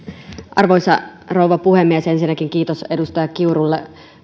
arvoisa rouva puhemies ensinnäkin kiitos edustaja kiurulle